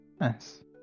nice